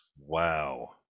Wow